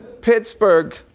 Pittsburgh